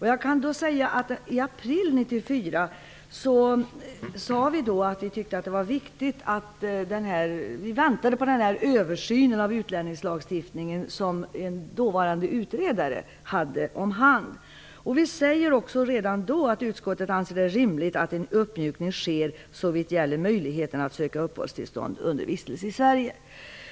I april 1994 väntade vi på den översyn av utlänningslagstiftningen som en dåvarande utredare hade hand om. Redan då sade vi att utskottet anser det rimligt att en uppmjukning sker så vitt gäller möjligheten att söka uppehållstillstånd under vistelse i Sverige.